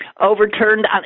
Overturned